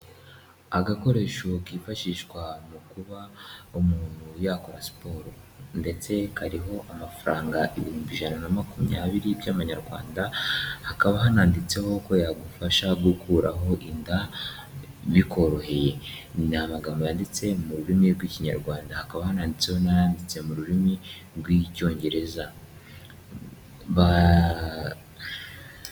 Agakoresho kifashishwa mu kuba umuntu yakora siporo ndetse kariho amafaranga ibihumbi ijana na makumyabiri by'amanyarwanda hakaba hananditseho ko yagufasha gukuraho inda bikoroheye. Ni amagambo yanditse mu rurimi rw'ikinyarwanda hakaba hananditseho n'ayanditse mu rurimi rw'icyongereza. Baaaa.